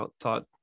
thought